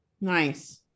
Nice